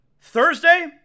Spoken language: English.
Thursday